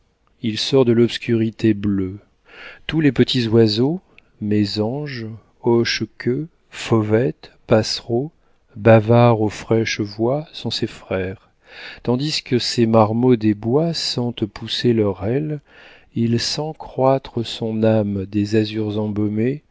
il sort de l'obscurité bleue tous les petits oiseaux mésange hochequeue fauvette passereau bavards aux fraîches voix sont ses frères tandis que ces marmots des bois sentent pousser leur aile il sent croître son âme des azurs embaumés